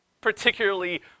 particularly